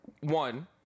one